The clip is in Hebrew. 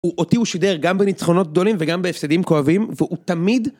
אותי הוא שידר גם בניצחונות גדולים וגם בהפסדים כואבים והוא תמיד.